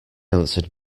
answered